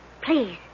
Please